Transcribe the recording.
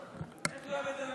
איך לא הבאת לנו